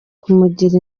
kumugira